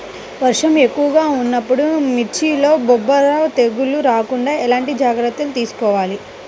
వర్షం ఎక్కువగా ఉన్నప్పుడు మిర్చిలో బొబ్బర తెగులు రాకుండా ఎలాంటి జాగ్రత్తలు తీసుకోవాలి?